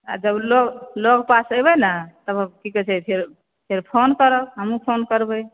आ जब लग लगपास एबै ने तब की कहै छै फेर फोन करब हमहूँ फोन करबै